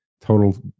Total